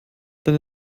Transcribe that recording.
deine